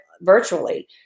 virtually